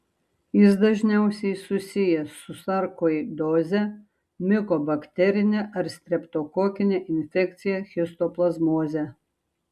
jis dažniausiai susijęs su sarkoidoze mikobakterine ar streptokokine infekcija histoplazmoze